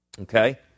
Okay